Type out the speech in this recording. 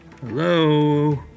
Hello